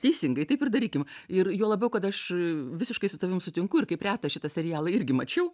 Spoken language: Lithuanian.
teisingai taip ir darykim ir juo labiau kad aš visiškai su tavim sutinku ir kaip reta šitą serialą irgi mačiau